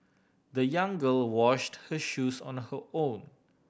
the young girl washed her shoes on the her own